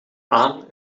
aan